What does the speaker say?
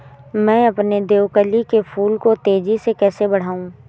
मैं अपने देवकली के फूल को तेजी से कैसे बढाऊं?